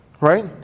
right